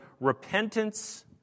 repentance